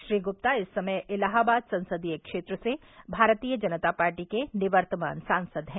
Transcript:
श्री गुप्ता इस समय इलाहाबाद संसदीय क्षेत्र से भारतीय जनता पार्टी के निवर्तमान सांसद हैं